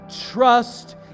Trust